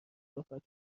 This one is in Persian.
صحبت